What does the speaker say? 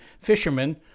fishermen